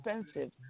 expensive